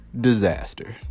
disaster